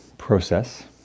process